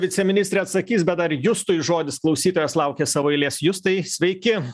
viceministrė atsakys bet dar justui žodis klausytojas laukia savo eilės justai sveiki